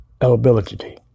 eligibility